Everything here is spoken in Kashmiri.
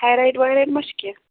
تھایرایڈ ویرایڈ ما چھُ کیٚنٛہہ